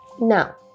Now